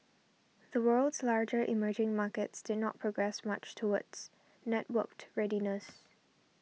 the world's larger emerging markets did not progress much towards networked readiness